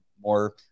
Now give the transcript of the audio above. more